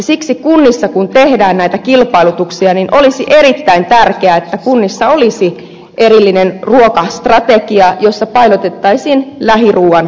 siksi kun kunnissa tehdään kilpailutuksia olisi erittäin tärkeää että olisi erillinen ruokastrategia jossa painotettaisiin lähiruuan käyttöä